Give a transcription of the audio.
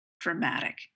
dramatic